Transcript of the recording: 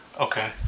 Okay